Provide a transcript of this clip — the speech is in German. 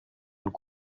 und